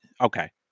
Okay